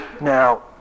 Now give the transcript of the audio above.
Now